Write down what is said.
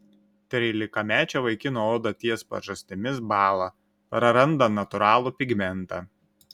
trylikamečio vaikino oda ties pažastimis bąla praranda natūralų pigmentą